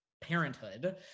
parenthood